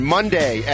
Monday